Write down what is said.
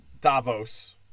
Davos